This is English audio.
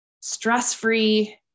stress-free